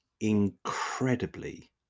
incredibly